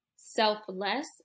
selfless